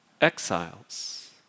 exiles